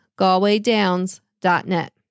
GalwayDowns.net